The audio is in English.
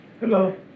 Hello